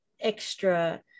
extra